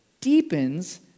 deepens